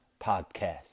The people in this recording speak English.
podcast